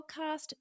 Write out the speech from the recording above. podcast